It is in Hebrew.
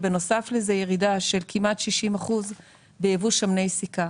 וירידה של כמעט 60% בייבוא שמני סיכה.